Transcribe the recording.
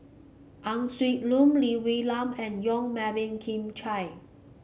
Ang Swee Lun Lee Wee Nam and Yong Melvin Yik Chye